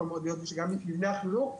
יכול להיות שגם מבני החינוך,